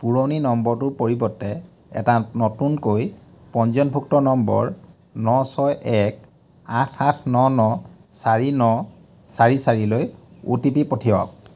পুৰণি নম্বৰটোৰ পৰিৱৰ্তে এটা নতুনকৈ পঞ্জীয়নভুক্ত নম্বৰ ন ছয় এক আঠ আঠ ন ন চাৰি ন চাৰি চাৰিলৈ অ'টিপি পঠিয়াওক